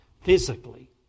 physically